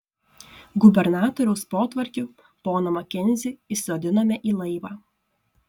gubernatoriaus potvarkiu poną makenzį įsodinome į laivą